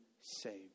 saved